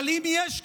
אבל אם יש כזה,